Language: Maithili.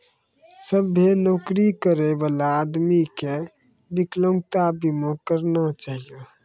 सभ्भे नौकरी करै बला आदमी के बिकलांगता बीमा करना चाहियो